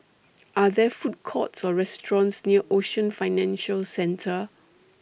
Are There Food Courts Or restaurants near Ocean Financial Centre